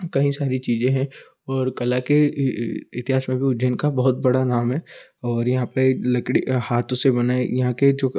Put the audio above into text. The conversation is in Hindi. कहीं सारी चीज़ें हैं और कला के इतिहास में भी उज्जैन का बहुत बड़ा नाम है और यहाँ पर लड़की हाथों से बनाई यहाँ के जो